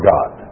God